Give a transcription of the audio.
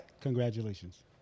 Congratulations